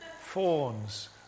fawns